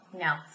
No